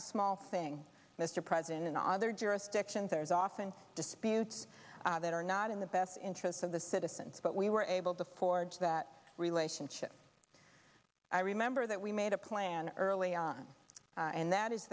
a small thing mr president in all their jurisdictions there is often disputes that are not in the best interest of the citizens but we were able to forge that relationship i remember that we made a plan early on and that is